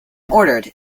ordered